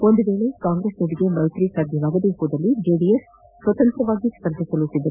ಒಂದು ವೇಳೆ ಕಾಂಗ್ರೆಸ್ ಜೊತೆ ಮೈತ್ರಿ ಸಾಧ್ಯವಾಗದಿದ್ದಲ್ಲಿ ಜೆಡಿಎಸ್ ಸ್ವತಂತ್ರವಾಗಿ ಸ್ಪರ್ಧಿಸಲು ಸಿದ್ಧ